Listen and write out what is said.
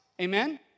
amen